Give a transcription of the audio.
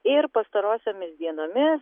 ir pastarosiomis dienomis